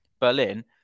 Berlin